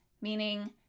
meaning